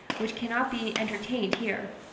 which cannot be entertained here.